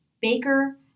Baker